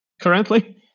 currently